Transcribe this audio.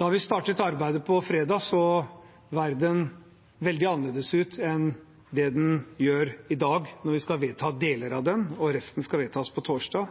Da vi startet arbeidet på fredag, så verden veldig annerledes ut enn det den gjør i dag, når vi skal vedta deler av den, og resten skal vedtas på torsdag.